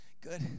Good